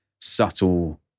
subtle